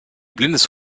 blindes